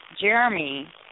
Jeremy